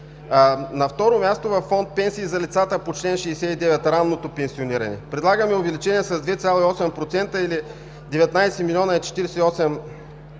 На второ място, във фонд „Пенсии“ – за лицата по чл. 69, ранното пенсиониране, предлагаме увеличение с 2,8% или 19 млн. 48